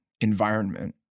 environment